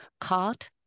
card